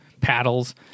paddles